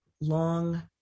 long